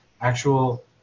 actual